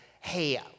hey